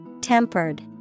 Tempered